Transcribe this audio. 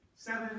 Seven